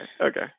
Okay